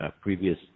previous